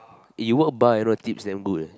eh you work bar you know tips damn good leh